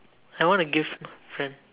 I wanna give my friend